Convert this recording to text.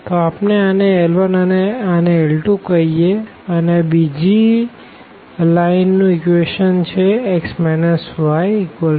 તો આપણે આને L 1 અને આને L 2 કહીએ આ બીજી લીટી નું ઇક્વેશન જે x y1 છે